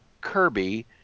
kirby